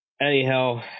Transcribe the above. anyhow